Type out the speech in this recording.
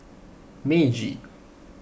Meiji